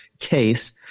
case